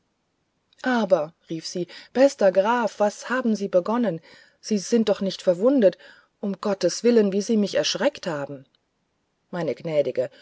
aber rief sie bester graf was haben sie begonnen sie sind doch nicht verwundet um gottes willen wie sie mich erschreckt haben meine gnädige